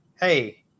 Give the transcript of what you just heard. hey